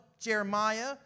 Jeremiah